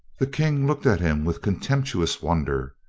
the king looked at him with contemptuous won der,